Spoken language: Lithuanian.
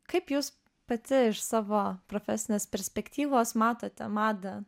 kaip jūs pati iš savo profesinės perspektyvos matote madą